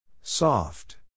Soft